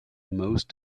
most